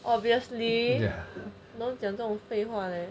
obviously 能讲这种废话 leh